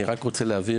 אני רק רוצה להבהיר.